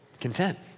content